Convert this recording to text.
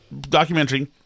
documentary